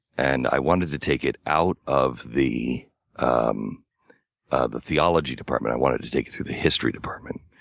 and i wanted to take it out of the um ah the theology department. i wanted to take it through the history department.